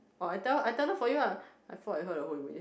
oh I tell I tell them for you ah I fought with her the whole way